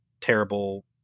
terrible